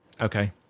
Okay